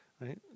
right